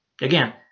Again